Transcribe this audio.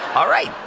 all right.